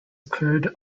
occurred